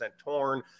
torn